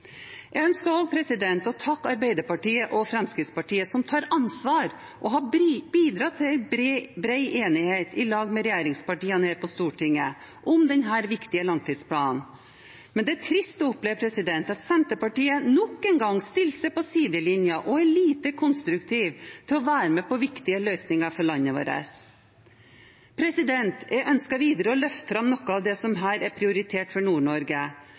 Jeg ønsker også å takke Arbeiderpartiet og Fremskrittspartiet, som tar ansvar og har bidratt til en bred enighet i lag med regjeringspartiene her på Stortinget om denne viktige langtidsplanen. Men det er trist å oppleve at Senterpartiet nok en gang stiller seg på sidelinjen og er lite konstruktive til å være med på viktige løsninger for landet vårt. Jeg ønsker videre å løfte fram noe av det som her er prioritert for